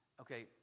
Okay